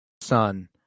son